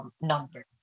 number